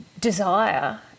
desire